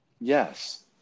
Yes